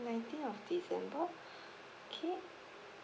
nineteen of december okay